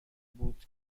بود